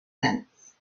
cents